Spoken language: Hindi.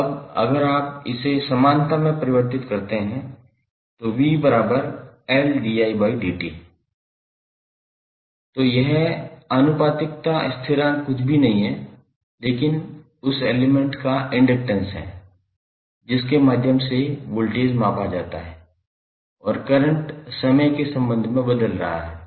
तो अब अगर आप इसे समानता में परिवर्तित करते हैं तो 𝑣𝐿𝑑𝑖𝑑𝑡 तो यह आनुपातिकता स्थिरांक कुछ भी नहीं है लेकिन उस एलिमेंट का इंडक्टैंस है जिसके माध्यम से वोल्टेज मापा जाता है और करंट समय के संबंध में बदल रहा है